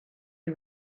you